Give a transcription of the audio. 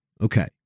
Okay